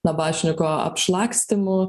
nabašniko apšlakstymu